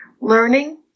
learning